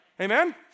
Amen